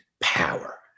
power